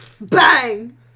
Bang